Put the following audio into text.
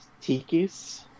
tiki's